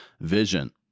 vision